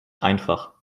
einfach